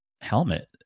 helmet